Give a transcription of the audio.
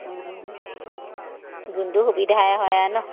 যোনটো সুবিধাই হয় আৰু নহ্